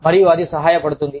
మరియు అది సహాయపడుతుంది